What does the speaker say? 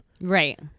Right